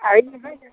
ஐந்நூறு